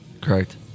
Correct